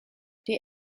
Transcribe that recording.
die